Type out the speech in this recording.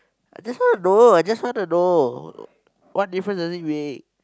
I just wanna know I just want to know what difference does it make